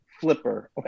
flipper